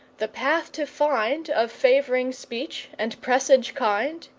the path to find of favouring speech and presage kind?